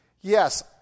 Yes